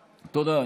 תודה.